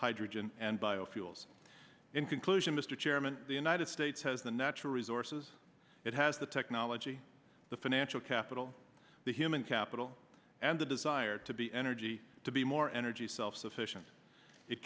hydrogen and biofuels in conclusion mr chairman the united states has the natural resources it has the technology the financial capital the human capital and the desire to be energy to be more energy self sufficient it